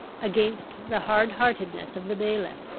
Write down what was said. against the hardheartedness of the bailiff,